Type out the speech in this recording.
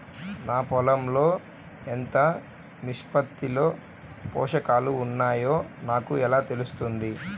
నా పొలం లో ఎంత నిష్పత్తిలో పోషకాలు వున్నాయో నాకు ఎలా తెలుస్తుంది?